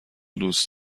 دوست